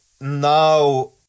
now